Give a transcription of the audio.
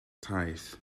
taith